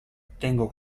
tengo